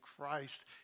Christ